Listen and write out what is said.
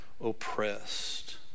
oppressed